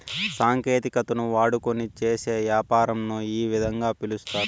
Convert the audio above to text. సాంకేతికతను వాడుకొని చేసే యాపారంను ఈ విధంగా పిలుస్తారు